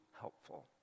helpful